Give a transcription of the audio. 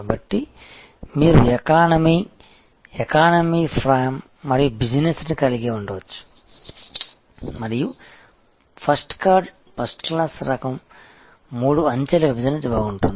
కాబట్టి మీరు economy economy prime మరియు బిజినెస్ కలిగి ఉండవచ్చు మరియు ఫస్ట్ క్లాస్ రకం మూడు అంచెల విభజన బాగుంటుంది